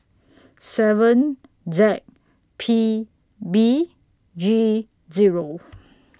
seven Z P B G Zero